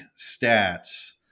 stats